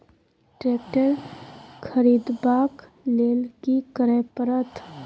Tractor खरीदबाक लेल की करय परत?